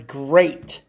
great